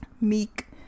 meek